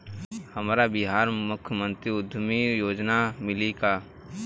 हमरा बिहार मुख्यमंत्री उद्यमी योजना मिली का?